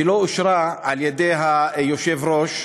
שלא אושרה על-ידי היושב-ראש,